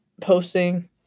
posting